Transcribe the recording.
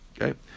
Okay